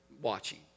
watching